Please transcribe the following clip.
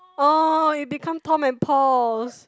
oh it become Tom and Paul's